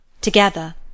together